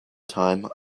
time